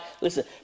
listen